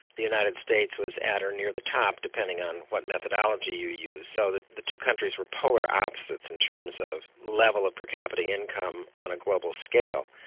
the united states was at or near the top, depending on what methodology you use, so the the two countries were polar opposites in terms of level of per capita income on a global scale.